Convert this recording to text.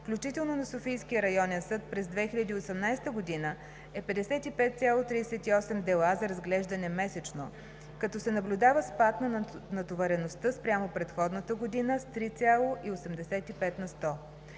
включително на Софийския районен съд, през 2018 г. е 55,38 дела за разглеждане месечно, като се наблюдава спад на натовареността спрямо преходната година с 3,85 на сто.